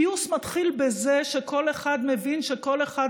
פיוס מתחיל בזה שכל אחד מבין שכל אחד